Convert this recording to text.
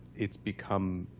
it's become